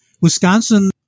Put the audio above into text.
Wisconsin